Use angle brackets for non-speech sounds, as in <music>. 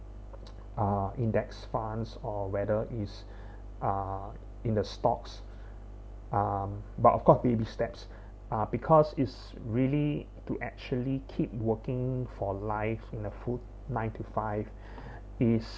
ah index funds or whether is <breath> uh in the stocks um but of course baby steps <breath> uh because is really to actually keep working for life in a full nine to five <breath> is